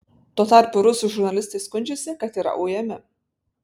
tuo tarpu rusų žurnalistai skundžiasi kad yra ujami